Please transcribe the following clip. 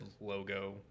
logo